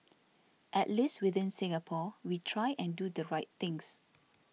at least within Singapore we try and do the right things